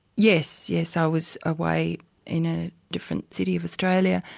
yes, yes, i was away in a different city of australia,